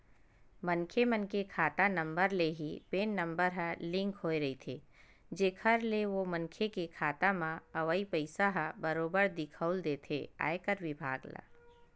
मनखे मन के खाता नंबर ले ही पेन नंबर ह लिंक होय रहिथे जेखर ले ओ मनखे के खाता म अवई पइसा ह बरोबर दिखउल देथे आयकर बिभाग ल